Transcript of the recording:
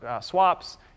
swaps